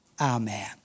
Amen